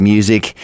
Music